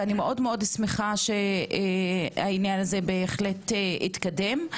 ואני מאוד שמחה שהעניין הזה בהחלט התקדם.